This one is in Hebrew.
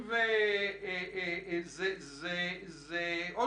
זה עוד